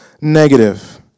negative